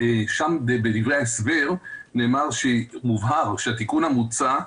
שם בדברי ההסבר מובהר כי התיקון המוצע,